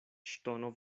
ŝtono